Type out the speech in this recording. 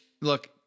look